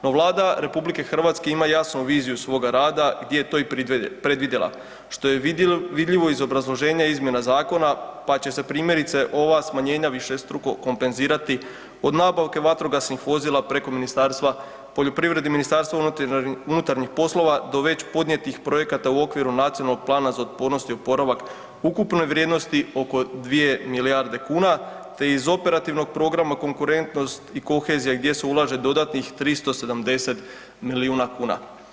No, Vlada RH ima jasnu viziju svoga rada gdje je to i predvidjela što je vidljivo iz obrazloženja izmjena zakona pa će se primjerice ova smanjenja višestruko kompenzirati od nabavke vatrogasnih vozila preko Ministarstva poljoprivrede i Ministarstva unutarnjih poslova do već podnijetih projekata u okviru Nacionalnog plana za otpornost i oporavak u ukupnoj vrijednosti oko dvije milijarde kuna, te iz operativnog programa konkurentnost i kohezija gdje se ulaže dodatnih 370 milijuna kuna.